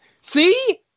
See